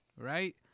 Right